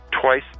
twice